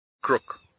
crook